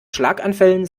schlaganfällen